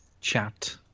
chat